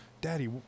daddy